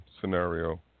scenario